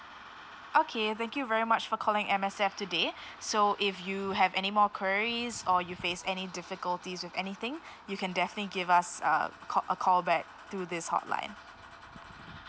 okay thank you very much for calling M_S_F today so if you have any more queries or you face any difficulties with anything you can definitely give us a call a call back to this hotline